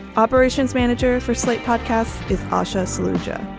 operations manager for slate podcast, is asha solutia,